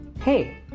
Hey